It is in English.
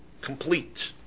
Complete